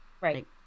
Right